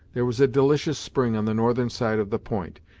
there was a delicious spring on the northern side of the point,